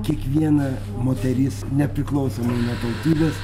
kiekviena moteris nepriklausomai nuo tautybės